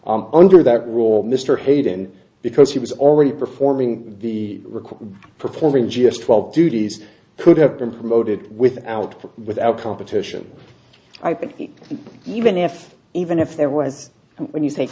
on under that rule mr hayden because he was already performing the record performing just twelve duties could have been promoted without without competition i think even if even if there was when you